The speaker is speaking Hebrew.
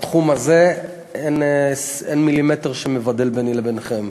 בתחום הזה אין מילימטר שמבדל ביני לבינכם.